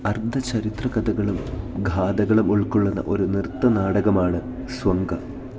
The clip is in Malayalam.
അർദ്ധചരിത്ര കഥകളും ഗാഥകളും ഉൾക്കൊള്ളുന്ന ഒരു നൃത്ത നാടകമാണ് സ്വങ്ക